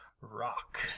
Rock